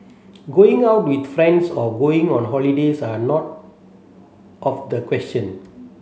going out with friends or going on holidays are not of the question